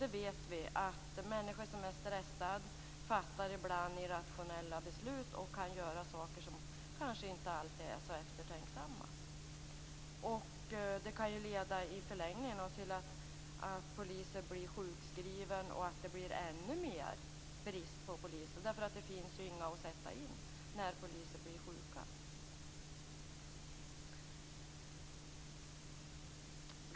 Vi vet att människor som är stressade ibland fattar irrationella beslut och kan göra saker som kanske inte alltid är så välbetänkta. Det kan i förlängningen leda till att poliser blir sjukskrivna och att det blir ännu större brist på poliser, för det finns ju inga att sätta in när poliser blir sjuka.